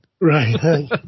Right